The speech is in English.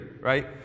right